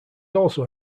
also